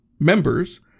members